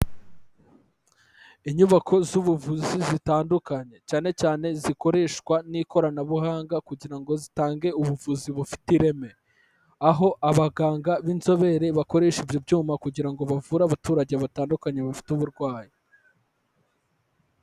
Inyubako z'ubuvuzi zitandukanye cyane cyane zikoreshwa n'ikoranabuhanga kugira ngo zitange ubuvuzi bufite ireme, aho abaganga b'inzobere bakoresha ibyo byuma kugira ngo bavure abaturage batandukanye bafite uburwayi.